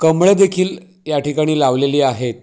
कमळंदेखील याठिकाणी लावलेली आहे